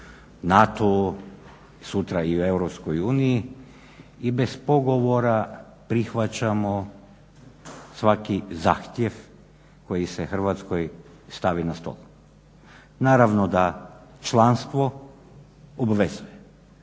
NATO-u, sutra i u Europskoj uniji i bez pogovora prihvaćamo svaki zahtjev koji se Hrvatskoj stavi na stol. Naravno da članstvo obvezuje.